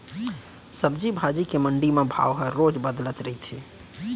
सब्जी भाजी के मंडी म भाव ह रोज बदलत रहिथे